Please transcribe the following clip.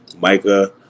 Micah